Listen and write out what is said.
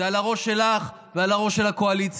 זה על הראש שלך ועל הראש של הקואליציה.